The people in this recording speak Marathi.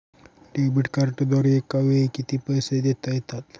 डेबिट कार्डद्वारे एकावेळी किती पैसे देता येतात?